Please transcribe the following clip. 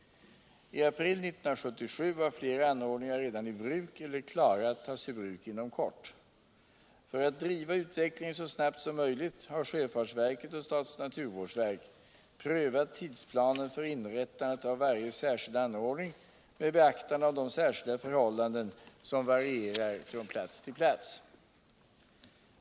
I april 1977 var flera anordningar redan i bruk eller klara att tas i bruk inom kort. För att driva utvecklingen så snabbt som möjligt har sjöfartsverket och statens naturvårdsverk prövat tidsplanen för inrättandet av varje särskild anordning med beaktande av de särskilda förhållanden som varicrar från plats till plats.